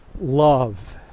love